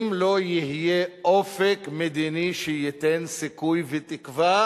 אם לא יהיה אופק מדיני שייתן סיכוי ותקווה